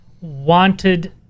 wanted